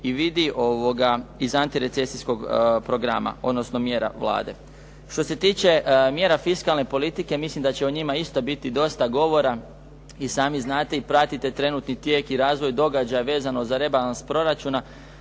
i vidi iz antirecesijskog programa odnosno mjera Vlade. Što se tiče mjera fiskalne politike mislim da će o njima isto biti dosta govora. I sami znate i pratite trenutni tijek i razvoj događanja vezano za rebalans proračuna.